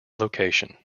location